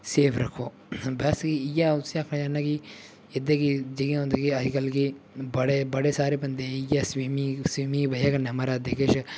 safe रक्खो वैसे इ'यै अ'ऊं तुसेंगी आक्खना चाह्न्नां कि एह्दे कि जि'यां होंदा अज्जकल के बड़े बड़े सारे बंदे इ'यै स्वीमिंग स्वीमिंग दी बजह कन्नै मरे दे किश